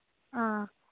ꯑꯥ